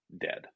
dead